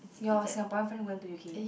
your Singaporean friend went to U_K